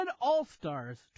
All-Stars